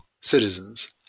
citizens